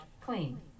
clean